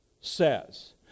says